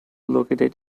located